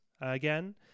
again